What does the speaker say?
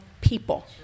people